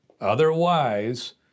Otherwise